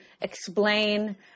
explain